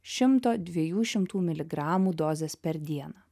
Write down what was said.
šimto dviejų šimtų miligramų dozės per dieną